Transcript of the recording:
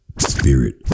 spirit